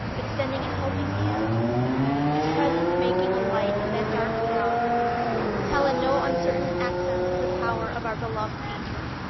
extending a helping hand his presence making a light in that dark cell tell in no uncertain accents of the power of our beloved painter.